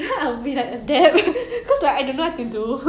是不是你那个朋友是不是我朋友的朋友